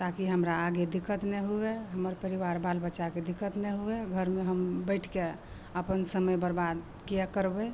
ताकि हमरा आगे दिक्कत नहि हुए हमर परिबार बाल बच्चाके दिक्कत नहि हुए घरमे हम बैठके अपन समय बर्बाद किए करबै